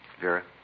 Vera